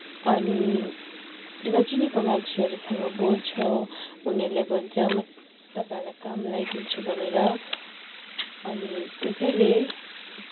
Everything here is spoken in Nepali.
अनि नचिनेको मान्छेहरूसँग बोल्छौँ उनीहरूले भन्छ म तपाईँहरूलाई काम लगाइदिन्छु भनेर अनि त्यसैले